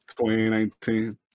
2019